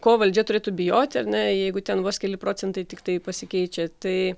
ko valdžia turėtų bijoti ar ne jeigu ten vos keli procentai tiktai pasikeičia tai